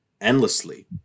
endlessly